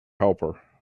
helper